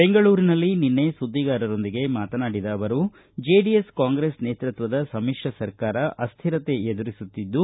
ಬೆಂಗಳೂರಿನಲ್ಲಿ ನಿನ್ನೆ ಸುದ್ದಿಗಾರರೊಂದಿಗೆ ಮಾತನಾಡಿದ ಅವರು ಜೆಡಿಎಸ್ ಕಾಂಗ್ರೆಸ್ ನೇತೃತ್ವದ ಸಮಿಶ್ರ ಸರ್ಕಾರ ಅಸ್ಟಿರತೆ ಎದುರಿಸುತ್ತಿದ್ದು